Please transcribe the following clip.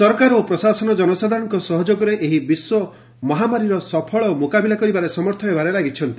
ସରକାର ଓ ପ୍ରଶାସନ ଜନସାଧାରଣଙ୍କ ସହଯୋଗରେ ଏହି ବିଶ୍ୱ ମହାମାରୀର ସଫଳ ମ୍ରକାବିଲା କରିବାରେ ସମର୍ଥ ହେବାରେ ଲାଗିଛନ୍ତି